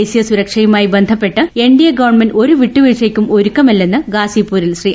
ദേശീയ സുരക്ഷയുമായി ബന്ധപ്പെട്ട് എൻഡിഎ ഗവണ്മെന്റ് ഒരു വിട്ടുവീഴ്ചയ്ക്കും ഒരുക്കമല്ലെന്ന് ഗാസിപൂരിൽ ശ്രീ